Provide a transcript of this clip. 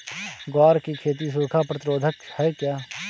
ग्वार की खेती सूखा प्रतीरोधक है क्या?